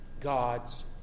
God's